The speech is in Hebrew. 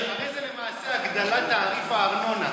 זה למעשה הגדלת תעריף הארנונה.